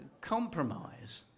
compromise